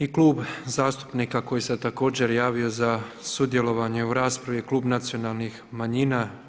I klub zastupnika koji se također javio za sudjelovanje u raspravi je klub nacionalnih manjina.